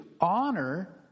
Honor